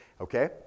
okay